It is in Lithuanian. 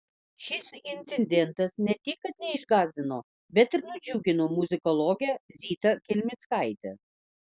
šis incidentas ne tik kad neišgąsdino bet ir nudžiugino muzikologę zitą kelmickaitę